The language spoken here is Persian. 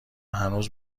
هنوز